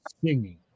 singing